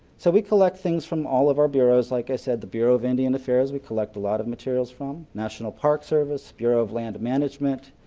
so we collect things from all of our bureaus. like i said, the bureau of indian affairs we collect a lot of materials from, national park service, bureau of land management,